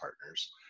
partners